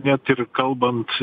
net ir kalbant